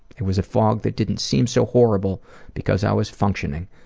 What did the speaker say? it was a fog that didn't seem so horrible because i was functioning.